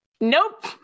nope